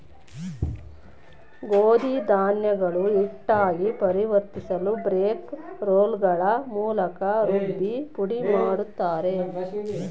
ಗೋಧಿ ಧಾನ್ಯಗಳು ಹಿಟ್ಟಾಗಿ ಪರಿವರ್ತಿಸಲುಬ್ರೇಕ್ ರೋಲ್ಗಳ ಮೂಲಕ ರುಬ್ಬಿ ಪುಡಿಮಾಡುತ್ತಾರೆ